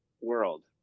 World